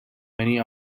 many